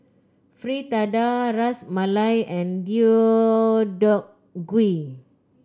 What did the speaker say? Fritada Ras Malai and Deodeok Gui